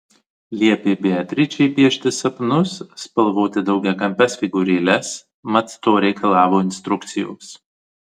liepė beatričei piešti sapnus spalvoti daugiakampes figūrėles mat to reikalavo instrukcijos